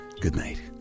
goodnight